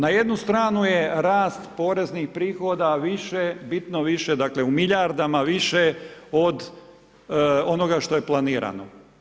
Na jednu stranu je rast poreznih prihoda više, bitno više dakle u milijardama više od onoga što je planirano.